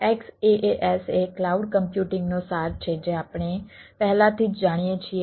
XaaS એ cloud કમ્પ્યુટિંગનો સાર છે જે આપણે પહેલાથી જ જાણીએ છીએ